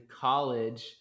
college